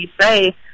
say